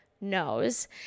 knows